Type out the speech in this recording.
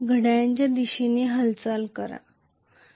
घड्याळाच्या दिशेने हालचाल मिळेल